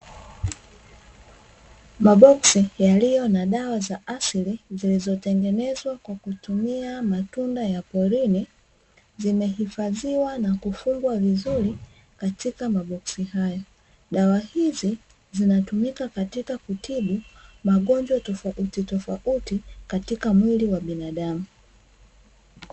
Maboksi yaliyo na dawa za asili, zilizotengenezwa kwa kutumia matunda ya porini. Zimehifadhiwa na kufungwa vizuri katika maboksi hayo. Dawa hizi zinatumika katika kutibu magonjwa tofautitofauti katika mwili wa binadamu.